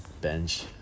bench